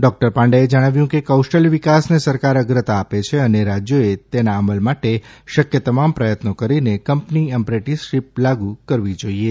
doctor પાંડેએ જણાવ્યું કે કૌશલ્ય વિકાસને સરકાર અગ્રતા આપે છે અને રાજ્યોએ તેના અમલ માટે શક્ય તમામ પ્રયત્નો કરીને કંપની એપ્રેન્ટીશીપ લાગુ કરવી જોઇએ